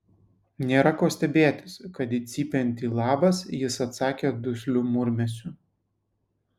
nėra ko stebėtis kad į cypiantį labas jis atsakė dusliu murmesiu